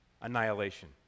annihilation